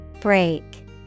Break